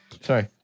sorry